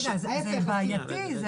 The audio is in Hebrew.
זה בעייתי.